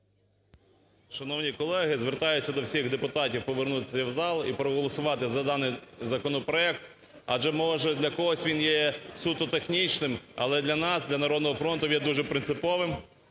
Шановні колеги! Звертаюсь до всіх депутатів повернутися в зал і проголосувати за даний законопроект. Адже може для когось він є суто технічним, але для нас, для "Народного фронту", він дуже принциповий.